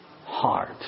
heart